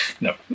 No